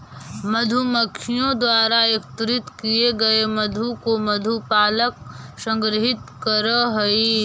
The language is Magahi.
मधुमक्खियों द्वारा एकत्रित किए गए मधु को मधु पालक संग्रहित करअ हई